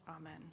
Amen